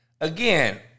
again